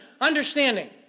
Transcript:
understanding